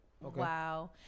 Wow